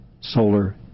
solar